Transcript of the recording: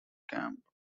camp